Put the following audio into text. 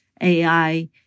AI